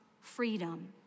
freedom